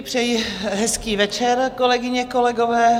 Přeji hezký večer, kolegyně, kolegové.